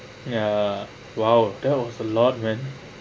ya !wow! that was a lot man